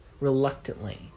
reluctantly